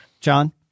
John